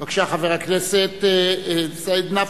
בבקשה, חבר הכנסת סעיד נפאע.